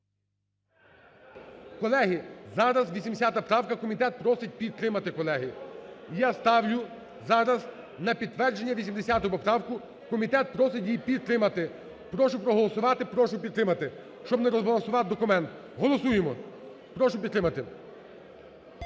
Колеги, зараз 80 правка, комітет просить підтримати, колеги. І я ставлю зараз на підтвердження 80 поправку. Комітет просить її підтримати. Прошу проголосувати, прошу підтримати, щоб не розбалансувати документ. Голосуємо, прошу підтримати.